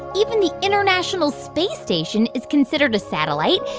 even the international space station is considered a satellite.